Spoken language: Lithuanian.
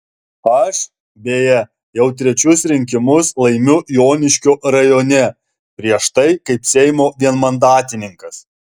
aš beje jau trečius rinkimus laimiu joniškio rajone prieš tai kaip seimo vienmandatininkas